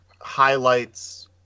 highlights